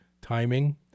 timing